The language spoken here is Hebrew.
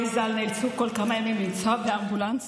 ז"ל נאלצו כל כמה ימים לנסוע באמבולנס